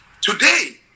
Today